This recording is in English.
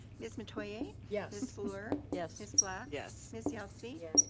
ms. metoyer? yes. ms. fluor? yes. ms. black? yes. ms. yelsey? yes.